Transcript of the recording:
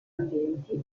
ambienti